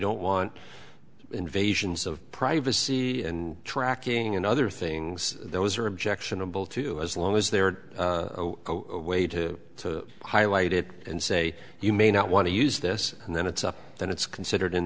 don't want invasions of privacy and tracking and other things those are objectionable to as long as there are a way to highlight it and say you may not want to use this and then it's up then it's considered in